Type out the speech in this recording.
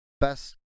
best